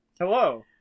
hello